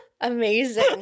amazing